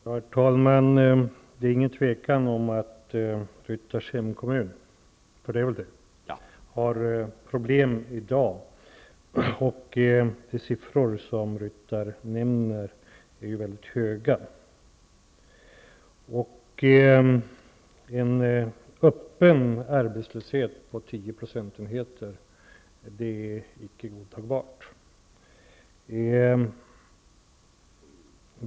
Herr talman! Det råder inte något tvivel om att Bengt-Ola Ryttars hemkommun har problem i dag. De siffror som Bengt-Ola Ryttar nämner är mycket höga. En öppen arbetslöshet på 10 20 är icke godtagbar.